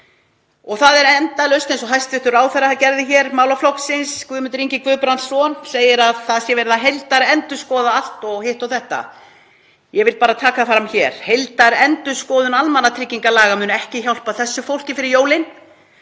Það er endalaust eins og hæstv. ráðherra málaflokksins, Guðmundur Ingi Guðbrandsson, segir, að það er verið að heildarendurskoða allt og hitt og þetta. Ég vil bara taka það fram hér: Heildarendurskoðun almannatryggingalaga mun ekki hjálpa þessu fólki fyrir jólin.